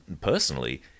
personally